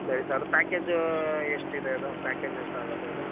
ಸರಿ ಸರ್ ಅದು ಪ್ಯಾಕೇಜು ಎಷ್ಟಿದೆ ಅದು ಪ್ಯಾಕೇಜ್ ಎಷ್ಟಾಗುತ್ತೆ ಅದು